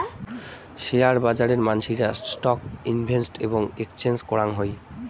share বাজারে মানসিরা stock invest এবং এক্সচেঞ্জ করাং হই